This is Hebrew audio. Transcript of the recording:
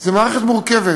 זו מערכת מורכבת,